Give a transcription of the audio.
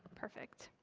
perfect.